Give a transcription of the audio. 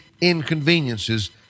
inconveniences